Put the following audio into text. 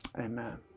Amen